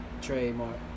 Trademark